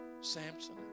Samson